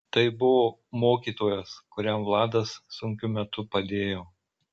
tai buvo mokytojas kuriam vladas sunkiu metu padėjo